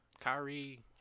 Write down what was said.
Kyrie